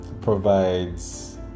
provides